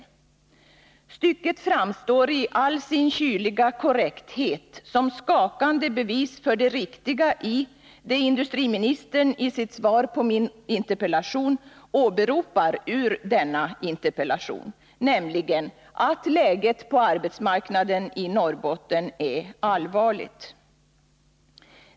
Det citerade stycket framstår i all sin kyliga korrekthet som ett skakande bevis för det riktiga i det industriministern i sitt svar åberopar ur interpellationen, nämligen att läget på arbetsmarknaden i Norrbotten är allvarligt.